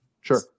sure